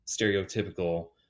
stereotypical